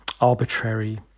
arbitrary